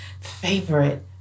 favorite